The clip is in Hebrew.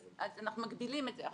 אז אנחנו מגדילים את זה.